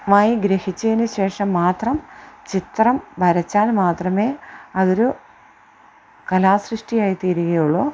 മായി ഗ്രഹിച്ചതിന് ശേഷം മാത്രം ചിത്രം വരച്ചാൽ മാത്രമേ അതൊരു കലാ സൃഷ്ടിയായി തീരികയുള്ളൂ